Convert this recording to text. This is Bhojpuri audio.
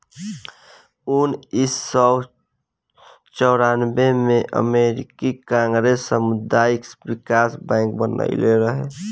उनऽइस सौ चौरानबे में अमेरिकी कांग्रेस सामुदायिक बिकास बैंक बनइले रहे